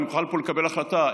ונוכל פה לקבל החלטה,